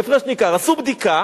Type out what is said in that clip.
עשו בדיקה